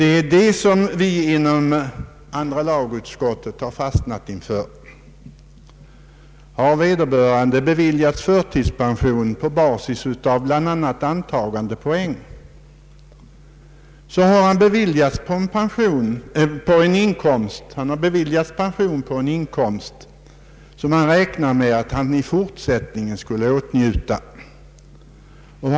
Det är detta som vi inom andra lagutskottet har fastnat inför. Har vederbörande beviljats förtidspension på basis av bl.a. antagandepoäng, så har han beviljats pension på den inkomst man räknat med att han i fortsättningen skulle åtnjuta som frisk.